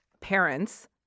parents